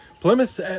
Plymouth